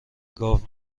گاو